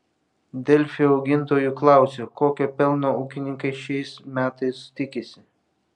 delfi augintojų klausia kokio pelno ūkininkai šiais metais tikisi